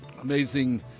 amazing